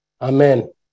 Amen